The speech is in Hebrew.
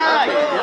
די.